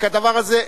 רק הדבר הזה,